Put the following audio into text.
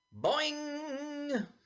Boing